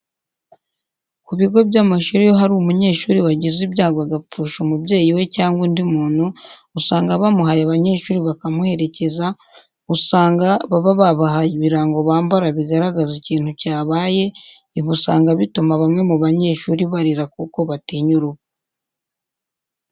Ku bigo by'amashuri iyo hari umunyeshuri wagize ibyago agapfusha umubyeyi we cyangwa undi muntu usanga bamuhaye abanyeshuri bakamuherekeza, usanga baba babahaye ibirango bambara bigaragaza ikintu cyabaye, ibi usanga bituma bamwe mu banyeshuri barira kuko batinya urupfu.